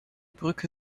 brücke